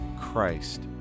Christ